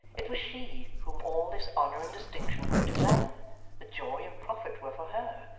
it was she whom all this honour and distinction were to gladden the joy and profit were for her.